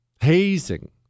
hazing